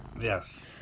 Yes